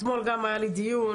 אתמול גם היה לי דיון.